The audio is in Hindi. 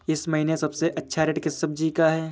इस महीने सबसे अच्छा रेट किस सब्जी का है?